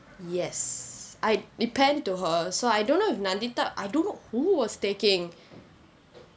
yes I it panned to her so I don't know if nandita I don't know who was taking